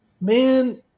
man